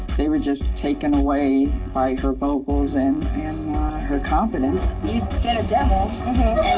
they were just taken away by her vocals and her confidence. we did a demo,